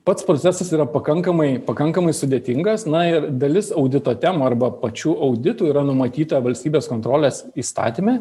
pats procesas yra pakankamai pakankamai sudėtingas na ir dalis audito temų arba pačių auditų yra numatyta valstybės kontrolės įstatyme